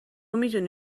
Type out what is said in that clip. میدونی